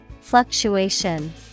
Fluctuation